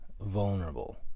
vulnerable